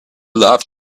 love